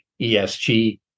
ESG